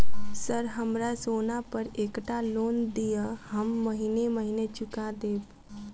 Sir हमरा सोना पर एकटा लोन दिऽ हम महीने महीने चुका देब?